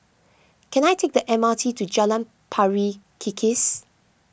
can I take the M R T to Jalan Pari Kikis